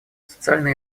социальная